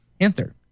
panther